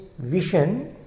vision